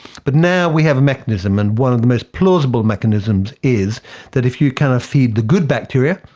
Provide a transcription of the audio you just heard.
but now we have a mechanism, and one of the most plausible mechanisms is that if you kind of feed the good bacteria,